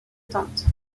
tente